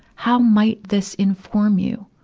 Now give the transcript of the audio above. how might this inform you?